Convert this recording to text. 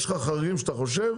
יש לך חריגים שאתה חושב,